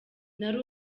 nari